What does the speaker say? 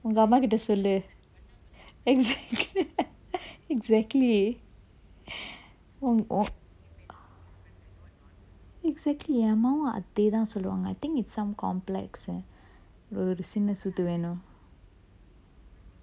ஒங்க அம்மா கிட்ட சொல்லு:onga amma kitta sollu exactly exactly exactly என் அம்மாவும் அதேதான் சொல்லுவாங்க:en ammavum athethaan solluvanga I think it's some complex eh ஒரு சின்ன சூத்து வேணும்:oru sinna soothu venum